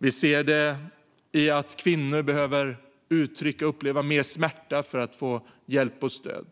Vi ser det i att kvinnor behöver uppleva och uttrycka mer smärta för att få hjälp och stöd.